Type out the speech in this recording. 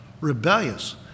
Rebellious